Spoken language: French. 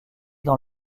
dans